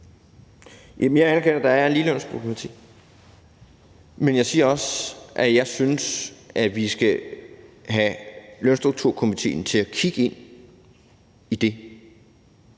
jeg anerkender, at der er en ligelønsproblematik, men jeg siger også, at jeg synes, at vi skal have lønstrukturkomitéen til at kigge ind i det,